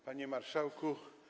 Panie Marszałku!